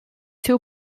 two